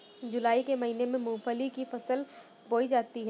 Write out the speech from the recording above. जूलाई के महीने में मूंगफली की फसल बोई जाती है